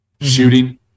shooting